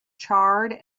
charred